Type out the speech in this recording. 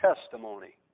testimony